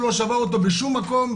הוא לא שבר אותו בשום מקום,